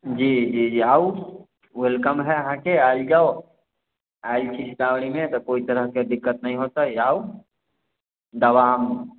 जी जी जी आऊ वेलकम है अहाँ के आयल जाओ